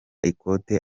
ikote